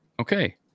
Okay